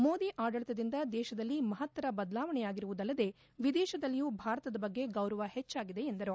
ಮೋದಿ ಆಡಳಿತದಿಂದ ದೇಶದಲ್ಲಿ ಮಹತ್ತರ ಬದಲಾವಣೆಯಾಗಿರುವುದಲ್ಲದೆ ವಿದೇಶದಲ್ಲಿಯೂ ಭಾರತದ ಬಗ್ಗೆ ಗೌರವ ಹೆಚ್ಚಾಗಿದೆ ಎಂದರು